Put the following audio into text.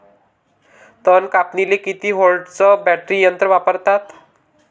तन कापनीले किती व्होल्टचं बॅटरी यंत्र वापरतात?